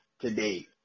today